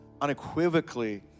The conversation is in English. unequivocally